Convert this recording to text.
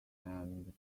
and